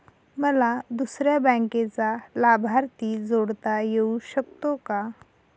मला दुसऱ्या बँकेचा लाभार्थी जोडता येऊ शकतो का?